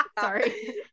sorry